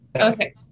Okay